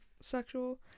sexual